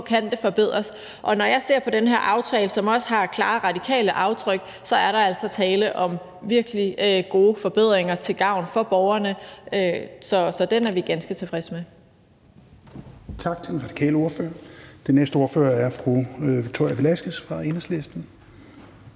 kan forbedres. Og når jeg ser på den her aftale, som også har klare radikale aftryk, er der altså tale om virkelig gode forbedringer til gavn for borgerne. Så det er vi ganske tilfredse med.